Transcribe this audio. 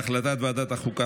הודעת ועדת החוקה,